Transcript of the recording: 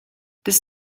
this